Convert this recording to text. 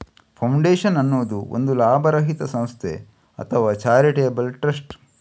foundation ಅನ್ನುದು ಒಂದು ಲಾಭರಹಿತ ಸಂಸ್ಥೆ ಅಥವಾ ಚಾರಿಟೇಬಲ್ ಟ್ರಸ್ಟ್